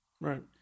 Right